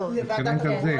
מתכוונת לזה.